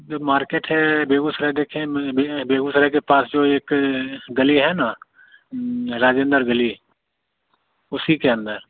जो मार्केट है बेगूसराय देखे हैं में बेगूसराय के पास जो एक गली है ना राजेन्दर गली उसी के अंदर